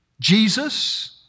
Jesus